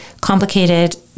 complicated